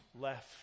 left